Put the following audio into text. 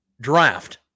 draft